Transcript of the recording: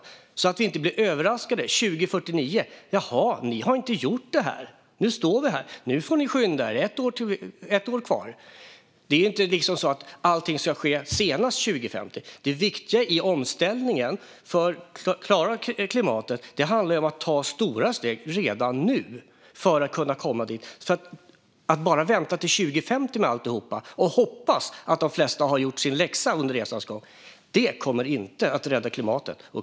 Det handlar om att vi inte ska bli överraskade år 2049: "Jaha, ni har inte gjort det här? Nu står vi här, och nu får ni skynda er - ett år kvar!" Det är ju inte så att allting ska ske senast 2050, utan det viktiga i omställningen för att klara klimatet är att ta stora steg redan nu för att kunna komma dit vi ska. Att vänta till 2050 med alltihop och hoppas att de flesta har gjort sin läxa under resans gång kommer inte att rädda klimatet.